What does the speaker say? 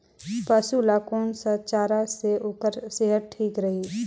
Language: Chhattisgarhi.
पशु ला कोन स चारा से ओकर सेहत ठीक रही?